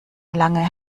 lange